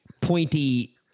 pointy